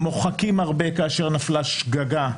מוחקים הרבה כאשר נפלה שגגה,